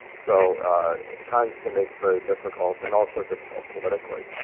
so congress can make very difficult and also difficult politically